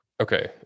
Okay